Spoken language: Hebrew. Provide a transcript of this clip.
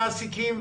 המעסיקים,